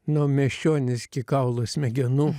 nu miesčionis iki kaulų smegenų